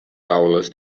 taules